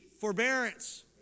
forbearance